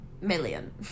million